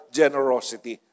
generosity